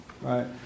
Right